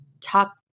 talk